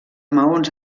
maons